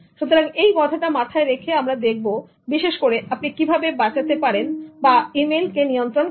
সুতরাং এ কথাটা মাথায় রেখে আমরা দেখব বিশেষ করে আপনি কিভাবে বাঁচাতে পারেন ইমেইল কে নিয়ন্ত্রণ করতে